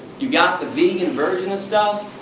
you got the vegan version of stuff,